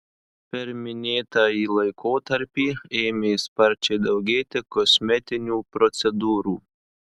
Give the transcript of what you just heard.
per minėtąjį laikotarpį ėmė sparčiai daugėti kosmetinių procedūrų